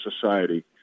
Society